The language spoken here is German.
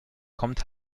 kommt